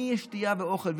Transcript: שתייה ואוכל,